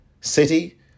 City